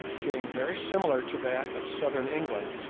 being very similar to that of southern england,